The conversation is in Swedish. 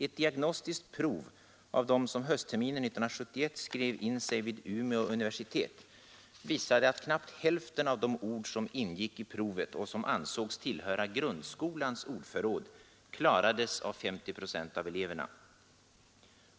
Ett diagnostiskt prov av dem som höstterminen 1971 skrev in sig vid Umeå universitet visade att knappt hälften av de ord som ingick i provet och som ansågs tillhöra grundskolans ordförråd klarades av 50 procent av eleverna.